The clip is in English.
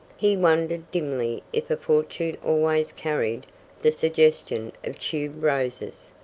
he wondered dimly if a fortune always carried the suggestion of tube-roses.